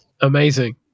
Amazing